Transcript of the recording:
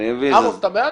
אני מבין --- אתה בעד?